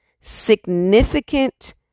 significant